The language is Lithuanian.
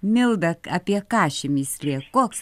milda apie ką ši mįslė koks